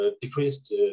decreased